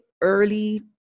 early